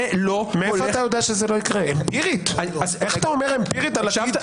- איך אתה אומר אמפירית על עתיד?